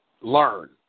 learn